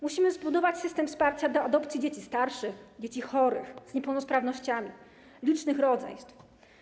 Musimy zbudować system wsparcia adopcji dzieci starszych, dzieci chorych, z niepełnosprawnościami, licznych rodzeństw.